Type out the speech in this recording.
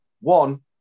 One